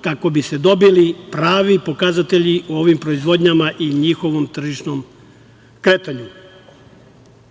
kako bi se dobili pravi pokazatelji u ovim proizvodnjama i njihovom tržišnom kretanju. Želim